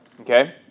Okay